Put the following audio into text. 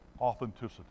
Authenticity